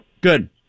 Good